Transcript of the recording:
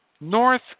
North